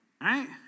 Right